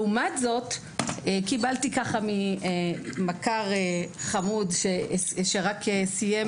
לעומת זה, קיבלתי ממכר חמוד שרק סיים